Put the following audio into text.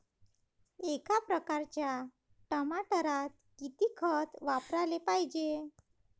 एका एकराच्या टमाटरात किती खत वापराले पायजे?